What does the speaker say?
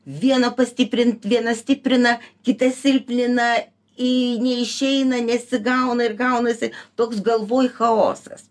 viena pastiprint vieną stiprina kitas silpnina į neišeina nesigauna ir gaunasi toks galvoj chaosas